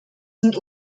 sind